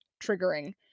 triggering